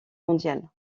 mondiale